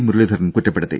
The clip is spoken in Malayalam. മുരളീധരൻ കുറ്റപ്പെടുത്തി